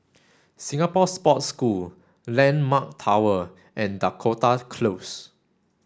Singapore Sports School Landmark Tower and Dakota Close